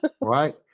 right